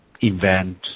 invent